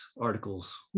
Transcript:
articles